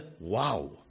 wow